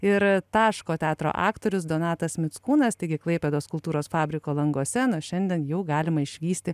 ir taško teatro aktorius donatas mickūnas taigi klaipėdos kultūros fabriko languose nuo šiandien jau galima išvysti